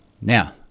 Now